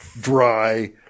dry